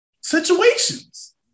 situations